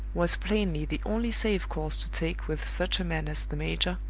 was plainly the only safe course to take with such a man as the major,